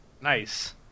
Nice